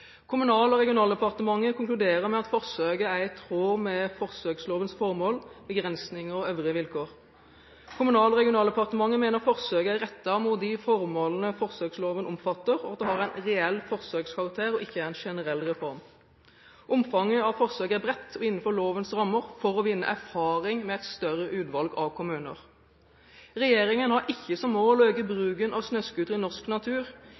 Kommunal- og regionaldepartementet konkluderer med at forsøket er i tråd med forsøkslovens formål, begrensninger og øvrige vilkår. Kommunal- og regionaldepartementet mener forsøket er rettet mot de formålene forsøksloven omfatter, og at det har en reell forsøkskarakter og ikke er en generell reform. Omfanget av forsøket er bredt og innenfor lovens rammer for å vinne erfaring med et større utvalg av kommuner. Regjeringen har ikke som mål å øke bruken av snøscooter i norsk natur.